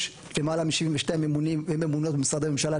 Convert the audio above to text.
יש יותר מ-72 ממונים וממונות במשרדי ממשלה,